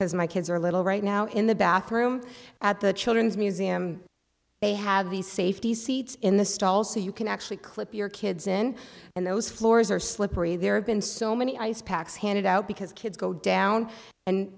as my kids are little right now in the bathroom at the children's museum they have these safety seats in the stalls so you can actually clip your kids in and those floors are slippery there have been so many ice packs handed out because kids go down and